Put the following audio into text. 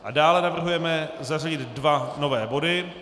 A dále navrhujeme zařadit dva nové body.